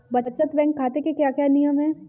बचत बैंक खाते के क्या क्या नियम हैं?